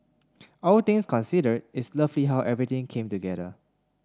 all things considered it's lovely how everything came together